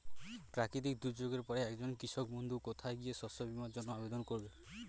প্রাকৃতিক দুর্যোগের পরে একজন কৃষক বন্ধু কোথায় গিয়ে শস্য বীমার জন্য আবেদন করবে?